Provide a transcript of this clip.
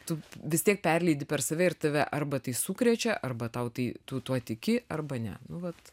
tu vis tiek perleidi per save ir tave arba tai sukrečia arba tau tai tu tuo tiki arba ne nu vat